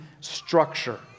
structure